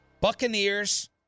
Buccaneers